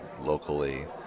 locally